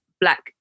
black